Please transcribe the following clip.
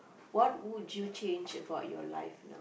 what would you change about your life now